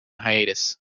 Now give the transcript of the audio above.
hiatus